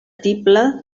tible